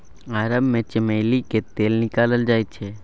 अरब मे चमेली केर तेल निकालल जाइ छै